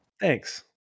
Thanks